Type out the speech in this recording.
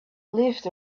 lived